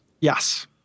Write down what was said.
Yes